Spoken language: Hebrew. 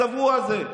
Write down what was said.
הצבוע הזה,